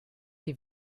die